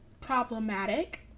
problematic